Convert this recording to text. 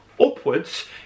upwards